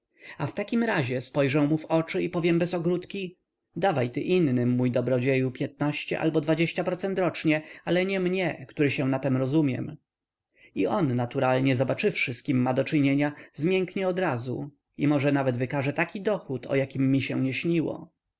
a w takim razie spojrzę mu w oczy i powiem bez ogródki dawaj ty innym mój dobrodzieju albo procent rocznie ale nie mnie który się na tem rozumiem i on naturalnie zobaczywszy z kim ma do czynienia zmięknie odrazu i może nawet wykaże taki dochód o jakim mi się nie śniło